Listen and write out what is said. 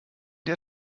der